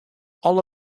alle